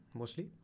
mostly